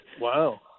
Wow